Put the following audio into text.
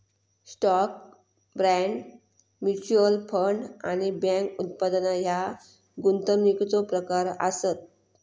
stock, bond, mutual fund आणि bank उत्पादना ह्या गुंतवणुकीचो प्रकार आसत